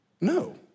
No